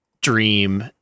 Dream